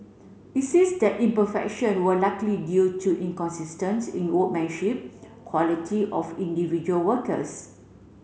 it says that imperfection were likely due to inconsistence in workmanship quality of individual workers